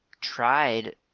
tried